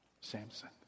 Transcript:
Samson